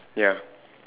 ya